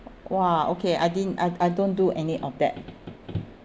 !wah! okay I didn't I I don't do any of that